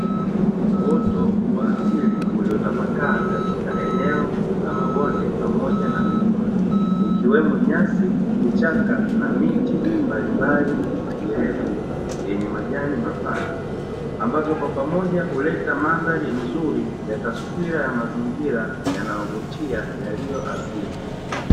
Uoto wa asili uliotapakaa katika eneo la mabonde pamoja na milima ikiwemo nyasi, viichaka na miti mbalimbali mirefu yenye majani mapana ambavyo kwa pamoja huleta mandhari nzuri ya taswira ya mazingira yanayovutia yaliyo asili.